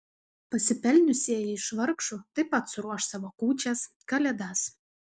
pasipelniusieji iš vargšų taip pat suruoš savo kūčias kalėdas